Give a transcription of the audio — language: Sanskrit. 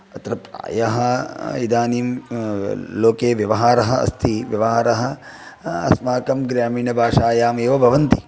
अत्र यः इदानीं लोके व्यवहारः अस्ति व्यवहारः अस्मां ग्रामीणभाषायामेव भवन्ति